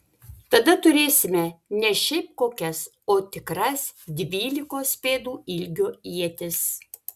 tada turėsime ne šiaip kokias o tikras dvylikos pėdų ilgio ietis